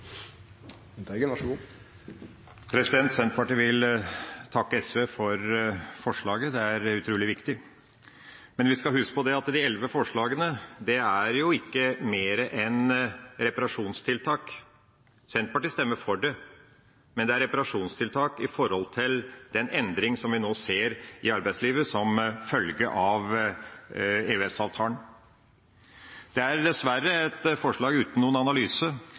utrolig viktig. Men vi skal huske på at de tolv forslagene ikke er mer enn reparasjonstiltak. Senterpartiet stemmer for dem, men det er reparasjonstiltak i forhold til den endringa vi nå ser i arbeidslivet som følge av EØS-avtalen. Det er dessverre et forslag uten noen analyse,